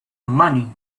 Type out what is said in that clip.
money